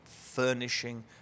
furnishing